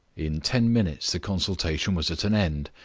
in ten minutes the consultation was at an end,